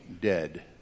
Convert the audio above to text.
Dead